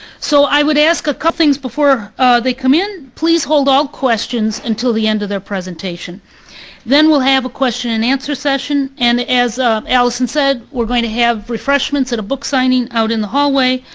so i would ask a couple things before they come in, please hold all questions until the end of their presentation then we'll have a question and answer session. and as alison said, we're going to have refreshments and a book signing out in the hallway.